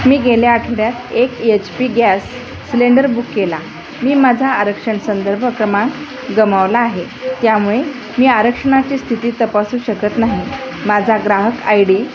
मी गेल्या आठवड्यात एक H P gas cylinder book केला मी माझा आरक्षण संदर्भ क्रमांक गमवला आहे त्यामुळे मी आरक्षणाची स्थिती तपासू शकत नाही माझा ग्राहक आय डी